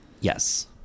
Yes